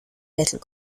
little